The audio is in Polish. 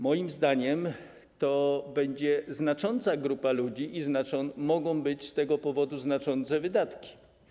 Moim zdaniem to będzie znacząca grupa ludzi i mogą być z tego powodu znaczące wydatki.